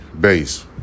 base